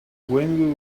when